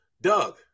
Doug